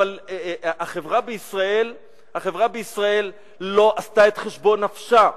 אבל החברה בישראל לא עשתה את חשבון נפשה,